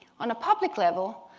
on a public level,